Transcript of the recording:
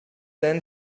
then